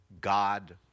God